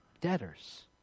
debtors